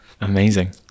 amazing